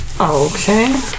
Okay